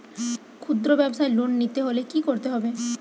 খুদ্রব্যাবসায় লোন নিতে হলে কি করতে হবে?